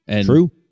True